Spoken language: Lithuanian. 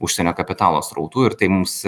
užsienio kapitalo srautų ir tai mums